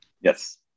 Yes